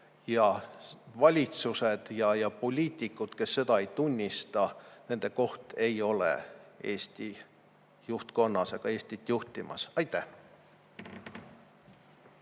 Ja valitsused ja poliitikud, kes seda ei tunnista, nende koht ei ole Eesti juhtkonnas aga Eestit juhtimas. Aitäh!